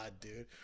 dude